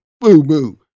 boo-boo